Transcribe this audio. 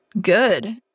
good